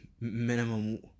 minimum